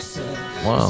Wow